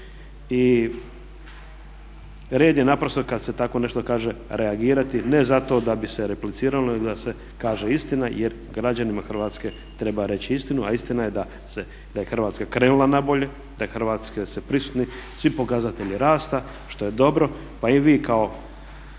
Red je naprosto kad se tako nešto kaže reagirati ne zato da bi se repliciralo nego da se kaže istina jer građanima Hrvatske treba reći istinu, a istina je da je Hrvatska krenula na bolje, da su u Hrvatskoj prisuti svi pokazatelji rasta što je dobro. Pa i vi kao